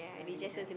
lari kan